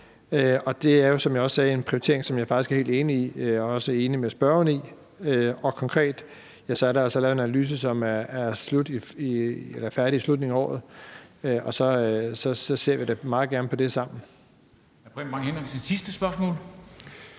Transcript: sagde, en prioritering, som jeg faktisk er helt enig i og også er enig med spørgeren i. Konkret laves der altså en analyse, som er færdig i slutningen af året, og så ser vi da meget gerne på det sammen.